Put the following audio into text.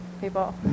people